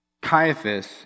Caiaphas